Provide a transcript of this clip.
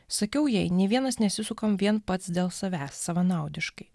sakiau jei ne vienas nesisuka vien pats dėl savęs savanaudiškai